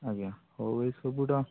ଆଜ୍ଞା ହଉ ଏଇ ସବୁଟା